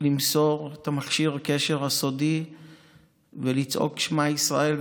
למסור את מכשיר הקשר הסודי ולצעוק "שמע ישראל",